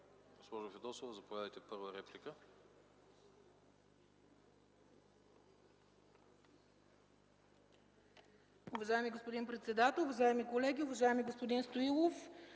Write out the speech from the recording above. Госпожо Фидосова, заповядайте – първа реплика.